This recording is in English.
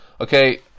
Okay